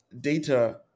data